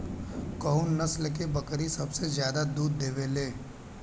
कउन नस्ल के बकरी सबसे ज्यादा दूध देवे लें?